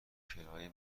کرایه